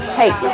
take